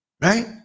right